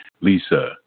lisa